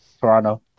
Toronto